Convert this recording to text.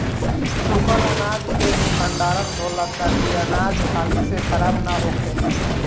सूखल अनाज के ही भण्डारण होला ताकि अनाज हाली से खराब न होखे